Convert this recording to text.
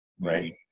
Right